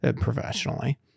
Professionally